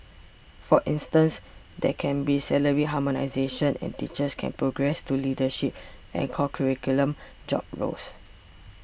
for instance there can be salary harmonisation and teachers can progress to leadership and curriculum job roles